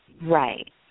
Right